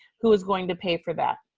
who's going to pay for that?